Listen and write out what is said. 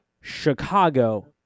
Chicago